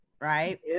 right